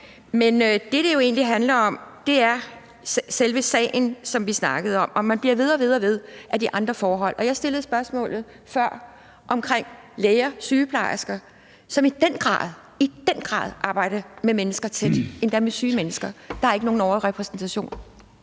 Det, det jo egentlig handler om, er selve sagen, som vi snakker om. Og man bliver ved og ved med at sige, at det er andre forhold. Jeg stillede spørgsmålet før om læger og sygeplejersker, som i den grad – i den grad – arbejder tæt med mennesker, endda med syge mennesker. Der er ikke nogen overrepræsentation